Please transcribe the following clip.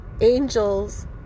angels